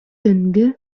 төнге